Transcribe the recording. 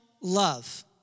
love